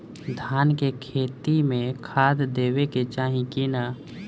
धान के खेती मे खाद देवे के चाही कि ना?